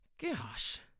Gosh